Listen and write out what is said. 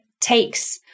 takes